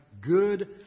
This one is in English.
good